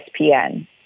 ESPN